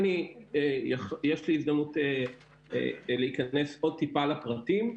אם יש לי הזדמנות להיכנס טיפה לפרטים,